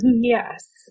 Yes